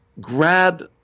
grab